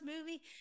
movie